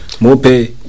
Mope